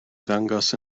ddangos